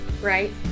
right